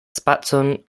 spacon